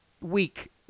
week